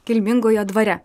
kilmingojo dvare